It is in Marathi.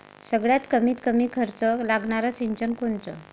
सगळ्यात कमीत कमी खर्च लागनारं सिंचन कोनचं?